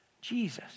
Jesus